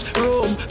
room